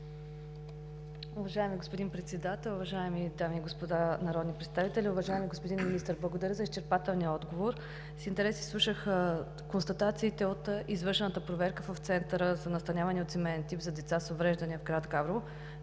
Уважаеми господин Председател, уважаеми дами и господа народни представители! Уважаеми господин Министър, благодаря за изчерпателния отговор. С интерес изслушах констатациите от извършената проверка в Центъра за настаняване от семеен тип за деца с увреждания в град Габрово,